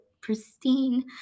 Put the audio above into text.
pristine